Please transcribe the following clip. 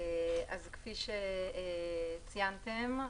כפי שציינתם,